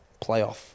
playoff